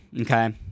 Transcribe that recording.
okay